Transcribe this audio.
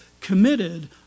committed